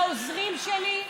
לעוזרים שלי.